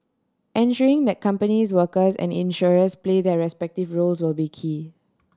ensuring that companies workers and insurers play their respective roles will be key